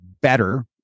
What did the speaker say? better